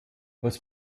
was